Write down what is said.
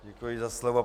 Děkuji za slovo.